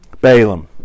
balaam